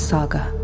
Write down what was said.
Saga